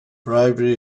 bravery